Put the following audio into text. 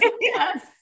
yes